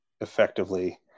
effectively